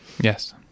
Yes